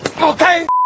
okay